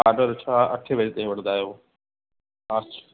order अछा अठें बजे ताईं वठंदा आहियो अछ